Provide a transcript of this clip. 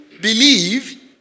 believe